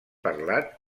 parlat